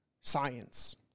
science